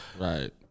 right